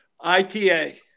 ITA